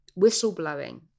whistleblowing